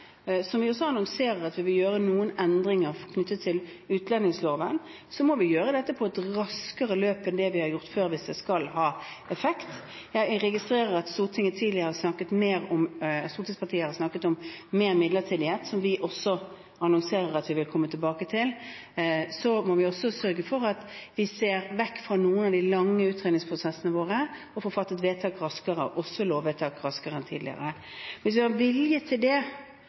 vi har jo annonsert at vi vil gjøre noen endringer i utlendingsloven – må vi gjøre dette i et raskere løp enn det vi har gjort før, hvis det skal ha effekt. Jeg registrerer at stortingspartier tidligere har snakket om mer midlertidighet, som vi også annonserer at vi vil komme tilbake til. Vi må også sørge for at vi ser vekk fra noen av de lange utredningsprosessene våre og får fattet vedtak, også lovvedtak, raskere enn tidligere. Hvis vi har vilje til det